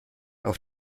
auf